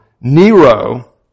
Nero